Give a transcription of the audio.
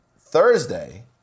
Thursday